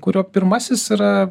kurio pirmasis yra